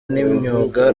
y’imyuga